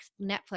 Netflix